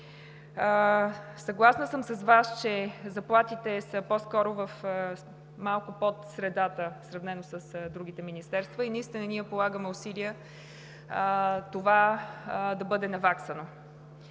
Съгласна съм с Вас, че заплатите са малко под средата в сравнение с другите министерства. Ние полагаме усилия това да бъде наваксано.